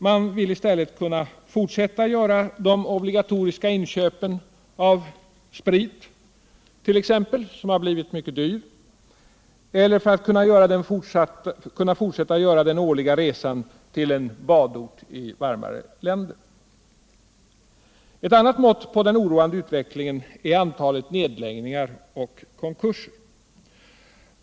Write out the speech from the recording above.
Man vill i stället kunna fortsätta göra de obligatoriska inköpen av t.ex. sprit, som har blivit mycket dyr, eller för att kunna fortsätta att göra den årliga resan till en badort i ett varmare land. Ett annat mått på den oroande utvecklingen är antalet nedläggningar och konkurser.